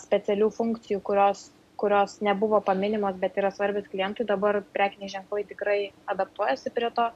specialių funkcijų kurios kurios nebuvo paminimos bet yra svarbios klientui dabar prekiniai ženklai tikrai adaptuojasi prie to